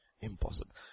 impossible